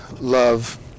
love